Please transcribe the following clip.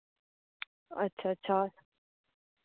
अच्छा अच्छा